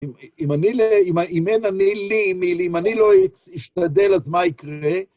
אם אין אני לי מילי, אם אני לא אשתדל, אז מה יקרה?